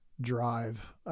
drive